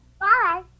Bye